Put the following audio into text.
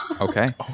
Okay